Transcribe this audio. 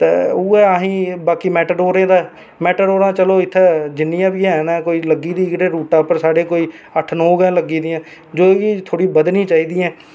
ते उ'ऐ असेंगी बाकी मैटाडोरै दा ऐ मैटाडोरां चलो इत्थें जिन्नियां बी हैन कोई लग्गी दी कोई साढ़े रूटा पर अट्ठ नौ गै लग्गी दियां न जो कि बद्धनी आं चाही दियां न